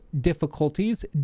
difficulties